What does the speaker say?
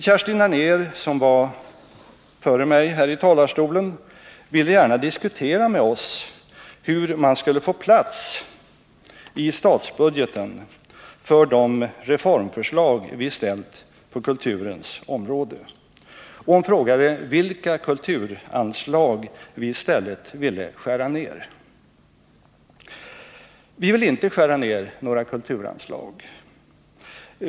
Kerstin Anér, som var före mig här i talarstolen, ville gärna diskutera med oss hur man skulle få plats i statsbudgeten för de reformförslag vi framställt på kulturens område. Hon frågade vilka kulturanslag vi i stället ville skära ner. Vi vill inte skära ner några kulturanslag.